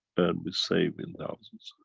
and we save in thousands.